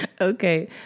Okay